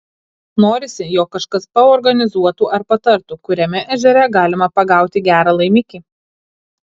norisi jog kažkas paorganizuotų ar patartų kuriame ežere galima pagauti gerą laimikį